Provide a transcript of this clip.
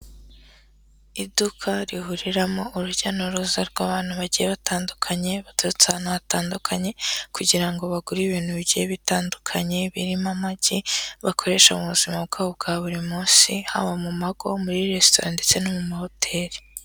Iduka rihuriramo urujya n'uruza rw'abantu bagiye batandukanye, baturutse ahantu hatandukanye kugira ngo bagure ibintu bigiye bitandukanye birimo amagi bakoresha mu buzima bwabo bwa buri munsi, haba mu mago, muri resitora ndetse no mu mahoteli.